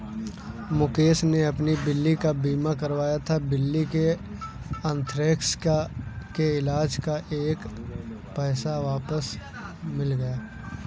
मुकेश ने अपनी बिल्ली का बीमा कराया था, बिल्ली के अन्थ्रेक्स के इलाज़ का एक एक पैसा वापस मिल गया